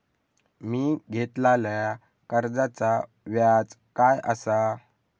मी घेतलाल्या कर्जाचा व्याज काय आसा?